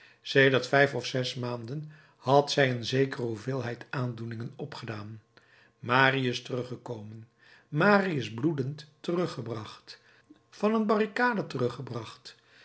sedert vijf of zes maanden had zij een zekere hoeveelheid aandoeningen opgedaan marius teruggekomen marius bloedend teruggebracht van een barricade teruggebracht